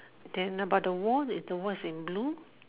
then about the wall the wall is in blue